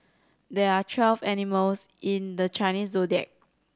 there are twelve animals in the Chinese Zodiac